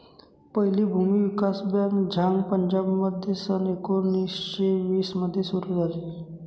पहिली भूमी विकास बँक झांग पंजाबमध्ये सन एकोणीसशे वीस मध्ये सुरू झाली